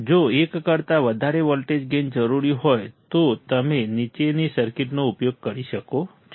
જો 1 કરતા વધારે વોલ્ટેજ ગેઇન જરૂરી હોય તો તમે નીચેની સર્કિટનો ઉપયોગ કરી શકો છો